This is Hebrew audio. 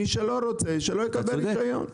מי שלא רוצה שלא יקבל רישיון.